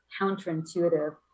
counterintuitive